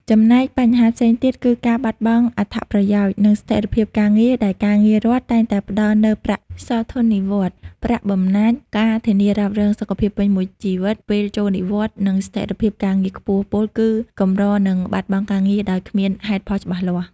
ចំណែកបញ្ហាផ្សេងទៀតគឺការបាត់បង់អត្ថប្រយោជន៍ និងស្ថិរភាពការងារដែលការងាររដ្ឋតែងតែផ្តល់នូវប្រាក់សោធននិវត្តន៍ ប្រាក់បំណាច់ ការធានារ៉ាប់រងសុខភាពពេញមួយជីវិត ពេលចូលនិវត្តន៍ និងស្ថិរភាពការងារខ្ពស់ ពោលគឺកម្រនឹងបាត់បង់ការងារដោយគ្មានហេតុផលច្បាស់លាស់។